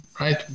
right